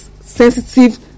sensitive